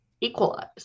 equalize